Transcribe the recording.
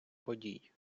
подій